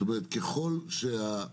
זאת אומרת, ככל שהילד